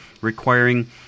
requiring